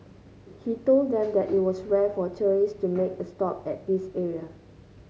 he told them that it was rare for tourists to make a stop at this area